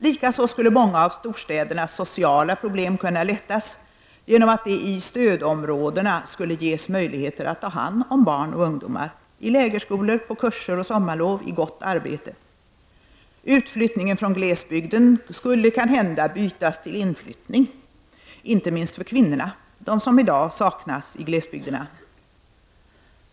Likaså skulle många av storstädernas sociala problem kunna lättas genom att det i ”stödområdena” skulle ges möjligheter att ta hand om barn och ungdomar —i lägerskolor, på kurser och sommarlov, i gott arbete. Utflyttningen från glesbygden skulle kanhända bytas till inflyttning, inte minst för kvinnorna, de som i dag saknas i glesbygderna.